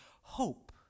hope